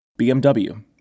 BMW